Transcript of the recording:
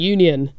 Union